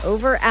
Over